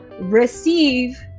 receive